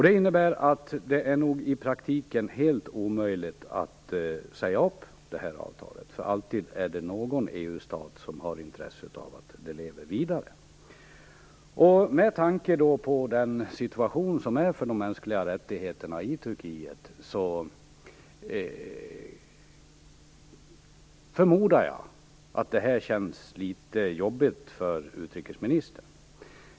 Det innebär att det i praktiken är helt omöjligt att säga upp avtalet. Alltid är det någon EU-stat som har intresse av att avtalet lever vidare. Med tanke på MR-situationen i Turkiet förmodar jag att detta känns litet jobbigt för utrikesministern.